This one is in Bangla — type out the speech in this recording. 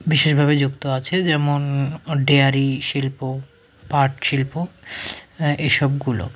বিশেষভাবে যুক্ত আছে যেমন ডেয়ারি শিল্প পাট শিল্প হ্যাঁ এসবগুলো